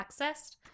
accessed